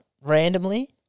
randomly